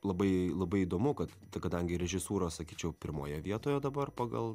labai labai įdomu kad kadangi režisūra sakyčiau pirmoje vietoje dabar pagal